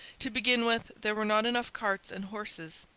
to begin with, there were not enough carts and horses,